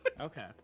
Okay